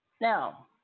Now